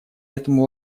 этому